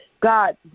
God